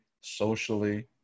socially